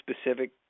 specific